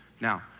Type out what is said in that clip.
Now